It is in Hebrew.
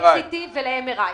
PET-CT ו-MRI.